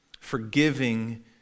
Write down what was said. Forgiving